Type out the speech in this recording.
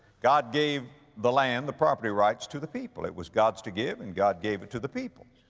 god gave the land, the property rights to the people. it was god's to give and god gave it to the people.